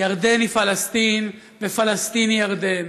ירדן היא פלסטין ופלסטין היא ירדן.